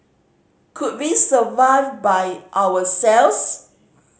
could we survive by ourselves